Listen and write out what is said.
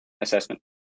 assessment